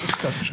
כן.